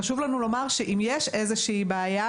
חשוב לנו לומר שאם יש איזו בעיה,